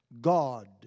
God